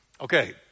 Okay